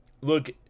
look